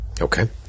okay